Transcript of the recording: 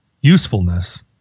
usefulness